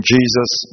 Jesus